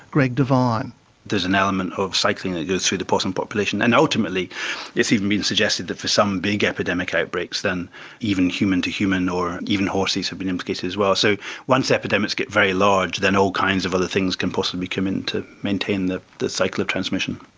greg devine there's an element of cycling that goes through the possum population, and ultimately it's even been suggested that for some big epidemic outbreaks then even human to human or even horses have been implicated as well. so once epidemics get very large, then all kinds of other things can possibly come in to maintain the the cycle of transmission.